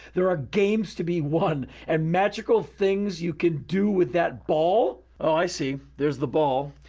there are games to be won. and magical things you can do with that ball oh, i see. there's the ball.